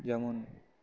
যেমন